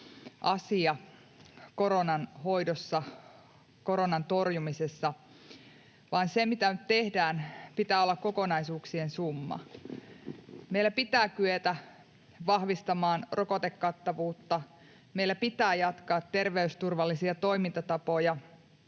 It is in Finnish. asia koronan hoidossa ja koronan torjumisessa, vaan sen, mitä nyt tehdään, pitää olla kokonaisuuksien summa. Meillä pitää kyetä vahvistamaan rokotekattavuutta. Meillä pitää jatkaa terveysturvallisia toimintatapoja.